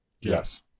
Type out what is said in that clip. Yes